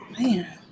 man